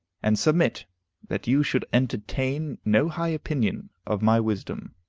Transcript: and submit that you should entertain no high opinion of my wisdom.